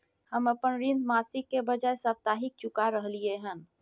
हम अपन ऋण मासिक के बजाय साप्ताहिक चुका रहलियै हन